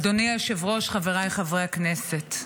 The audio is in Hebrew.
אדוני היושב-ראש, חבריי חברי הכנסת,